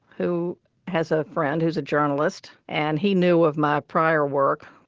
who has a friend who's a journalist, and he knew of my prior work.